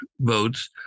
votes